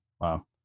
Wow